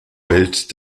welt